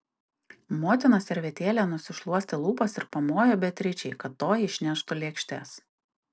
motina servetėle nusišluostė lūpas ir pamojo beatričei kad toji išneštų lėkštes